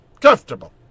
Comfortable